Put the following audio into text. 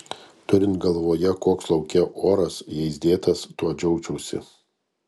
turint galvoje koks lauke oras jais dėtas tuo džiaugčiausi